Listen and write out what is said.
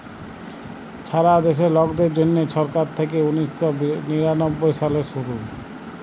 ছারা দ্যাশে লকদের জ্যনহে ছরকার থ্যাইকে উনিশ শ নিরানব্বই সালে শুরু